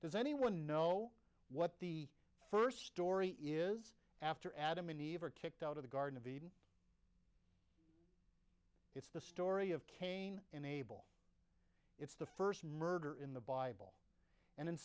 does anyone know what the first story is after adam and eve are kicked out of the garden of eden it's the story of cain and abel it's the first murder in the bible and in